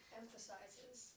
emphasizes